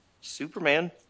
Superman